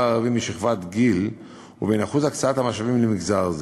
הערבי בשכבת גיל ובין שיעור הקצאת המשאבים למגזר זה.